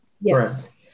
Yes